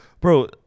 bro